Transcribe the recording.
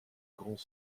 grands